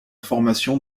formation